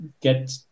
get